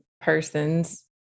persons